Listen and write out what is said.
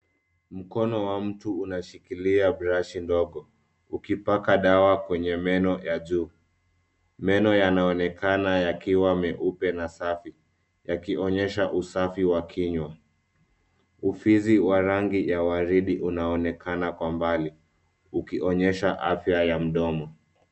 Mkono wa mtu unashikilia brashi ndogo, ukipaka dawa kwenye meno ya juu ,meno yanaonekana yakiwa meupe na safi ,yakionyesha usafi wa kinywa .Ufizi wa rangi ya waridi unaonekana kwa mbali, ukionyesha afya ya mdomo.